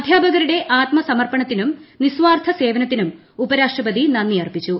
അധ്യാപകരുടെ ആത്മസമർപ്പണത്തി നും നിസ്വാർത്ഥ സേവനത്തിനും ഉപരാഷ്ട്രപതി നന്ദി അർപ്പിച്ചു